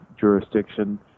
jurisdiction